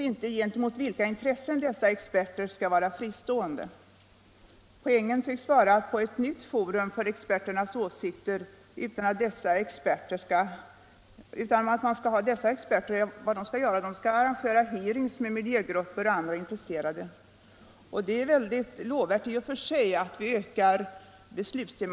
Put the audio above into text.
Argumentet är givetvis i första hand en önskan att främja de kollektiva värmeleveranserna. Det bör dock påpekas att de därmed fördyrade installationskostnaderna inte automatiskt drabbar hyresgästerna. Bruksvärdeshyran - om man nu ser på den som en kallhyra — blir i princip lika stor i båda fallen.